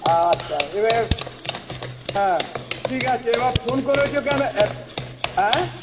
আচ্ছা এবারে হ্যাঁ ঠিক আছে এবার ফোন করেছো কেনো অ্যা অ্যা